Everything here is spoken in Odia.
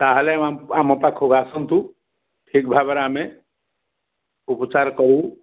ତାହେଲେ ଆମ ଆମ ପାଖକୁ ଆସନ୍ତୁ ଠିକ ଭାବରେ ଆମେ ଉପଚାର କରିବୁ